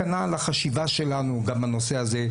כנ"ל החשיבה שלנו גם בנושא הזה,